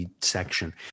section